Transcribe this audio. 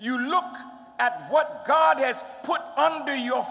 you look at what god has put under your